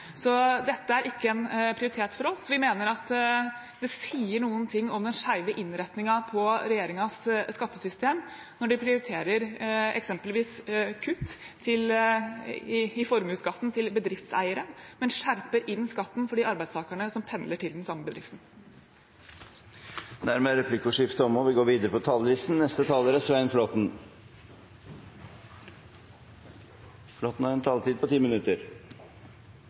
Så dette har ikke prioritet hos oss. Vi mener at det sier noe om den skjeve innrettingen på regjeringens skattesystem når de prioriterer f.eks. kutt i formuesskatten til bedriftseiere, men skjerper skatten for de arbeidstakerne som pendler til den samme bedriften. Replikkordskiftet er omme. La meg først få gi en kompliment til komiteens leder, som gjennom en arbeidsom høst både har styrt komiteen med fast hånd og deltatt i forhandlingene med en